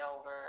over